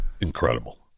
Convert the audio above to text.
incredible